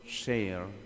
share